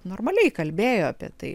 normaliai kalbėjo apie tai